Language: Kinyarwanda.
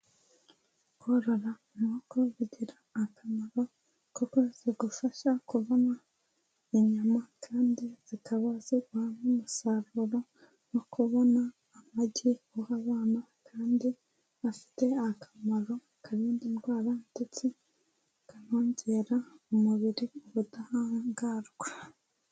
Korora inkoko bigira akamaro kuko zigufasha kubona inyama, kandi zikaba ziguha n'umusaruro no kubona amagi uha abana, kandi afite akamaro karinda indwara ndetse kanongera umubiri ubudahangarwa.